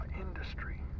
industry